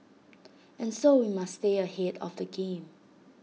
and so we must stay ahead of the game